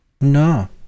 No